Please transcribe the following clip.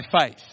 faith